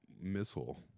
missile